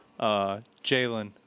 Jalen